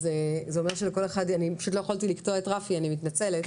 אני פשוט לא יכולתי לקטוע את רפי אז אני מתנצלת,